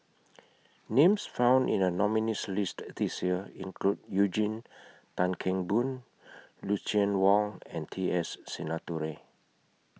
Names found in The nominees' list This Year include Eugene Tan Kheng Boon Lucien Wang and T S Sinnathuray